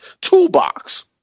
toolbox